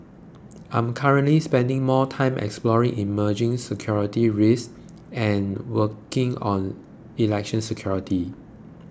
I'm currently spending more time exploring emerging security risks and working on election security